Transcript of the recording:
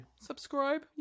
Subscribe